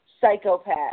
psychopath